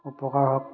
উপকাৰ হওক